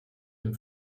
dem